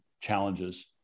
challenges